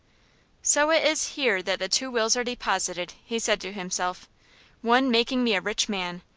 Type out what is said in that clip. so it is here that the two wills are deposited! he said to himself one making me a rich man,